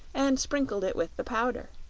and sprinkled it with the powder.